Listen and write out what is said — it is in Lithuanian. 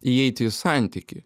įeiti į santykį